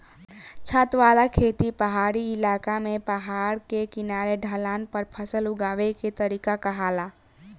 छत वाला खेती पहाड़ी क्इलाका में पहाड़ के किनारे ढलान पर फसल उगावे के तरीका के कहाला